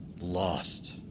lost